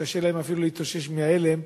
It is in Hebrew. קשה להם אפילו להתאושש מההלם,